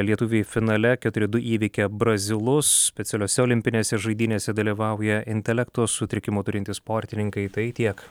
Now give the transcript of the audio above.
lietuviai finale keturi du įveikė brazilus specialiose olimpinėse žaidynėse dalyvauja intelekto sutrikimų turintys sportininkai tai tiek